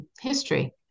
History